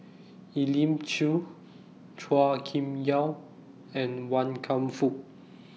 Elim Chew Chua Kim Yeow and Wan Kam Fook